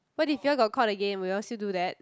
what if you all got caught again will you all still do that